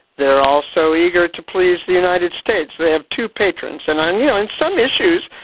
they're also eager to please the united states. they have two patrons and on, you know, on some issues,